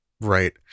right